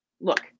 look